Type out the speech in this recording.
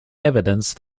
evidence